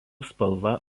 spalva